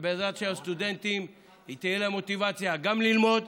ובעזרת השם תהיה לסטודנטים מוטיבציה גם ללמוד,